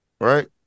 Right